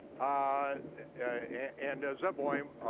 ah and zeboim,